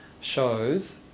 shows